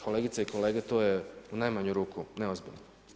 Kolegice i kolege, to je u najmanju ruku neozbiljno.